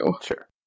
Sure